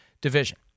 division